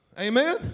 Amen